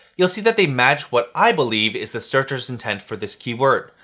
you'll see that they match what i believe is the searcher's intent for this keyword,